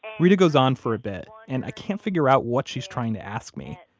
reta goes on for a bit, and i can't figure out what she's trying to ask me.